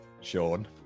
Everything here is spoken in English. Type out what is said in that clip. Sean